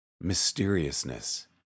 Mysteriousness